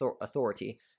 authority